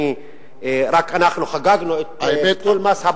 רק אנחנו חגגנו את ביטול מס,